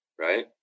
Right